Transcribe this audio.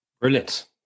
Brilliant